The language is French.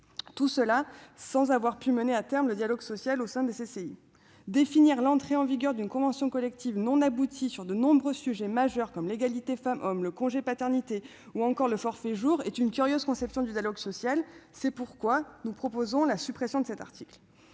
des CCI sans que le dialogue social ait pu être mené à terme. Définir l'entrée en vigueur d'une convention collective non aboutie sur de nombreux sujets majeurs, comme l'égalité femme-homme, le congé de paternité ou encore le forfait jour, est une curieuse conception du dialogue social. C'est pourquoi nous proposerons la suppression de cet article.